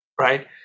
Right